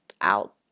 out